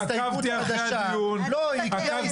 הסתייגות מס' 5. הצבעה לא אושרה.